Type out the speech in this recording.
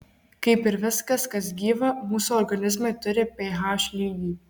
kaip ir viskas kas gyva mūsų organizmai turi ph lygį